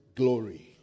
glory